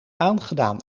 aangedaan